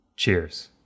Cheers